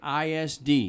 ISD